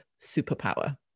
superpower